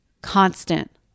constant